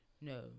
no